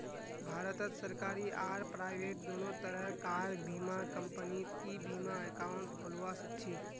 भारतत सरकारी आर प्राइवेट दोनों तरह कार बीमा कंपनीत ई बीमा एकाउंट खोलवा सखछी